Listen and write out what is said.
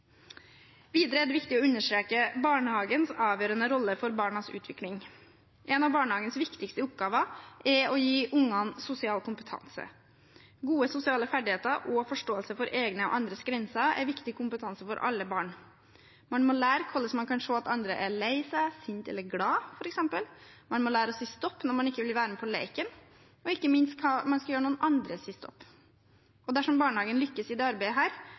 Videre er det viktig å understreke barnehagens avgjørende rolle for barnas utvikling. En av barnehagens viktigste oppgaver er å gi ungene sosial kompetanse. Gode sosiale ferdigheter og forståelse for egne og andres grenser er viktig kompetanse for alle barn. Man må lære hvordan man kan se at andre f.eks. er lei seg, sinte eller glade. Man må lære å si stopp når man ikke vil være med på leken, og ikke minst hva man skal gjøre når andre sier stopp. Dersom barnehagen lykkes i dette arbeidet,